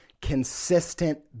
consistent